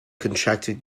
contracted